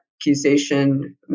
accusation